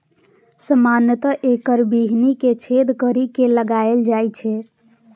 सामान्यतः एकर बीहनि कें छेद करि के लगाएल जाइ छै